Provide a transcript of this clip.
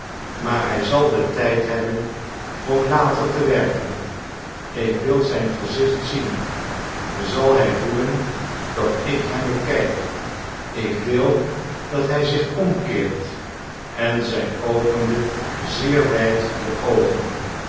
maar hij zal den tijd hebben om later te werken ik wil zijn gezicht zien zal hij voelen dat ik hem bekijk ik wil dat hij zich omkeert en zij opende zeer wijd de oogen